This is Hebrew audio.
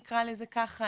נקרא לזה ככה,